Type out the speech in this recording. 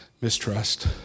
mistrust